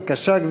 בבקשה,